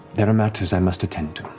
there are matters i must attend to.